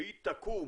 שהיא תקום